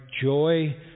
joy